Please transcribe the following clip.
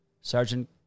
Sergeant